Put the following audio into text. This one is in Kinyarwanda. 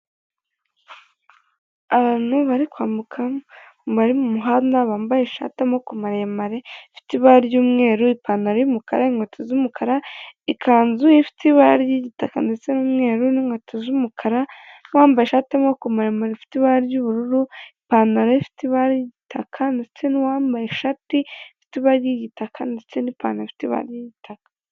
Abantu bari kwambuka bari mu muhanda bambaye ishati y'amaboko maremare ifite ibara ry'umweru ipantaro y'umukara inkweto z'umukara, ikanzu ifite ibara ry'igitaka ndetse n'umweru n'inkweto z'umukara bambaye ishati maremare rifite ibara ry'ubururu ipantaro ifite ibara ry'igitaka ndetse n'uwambaye ishati ifiteibara ry'igitaka ndetse n'ipantaro ifite ibara ry'igitaka.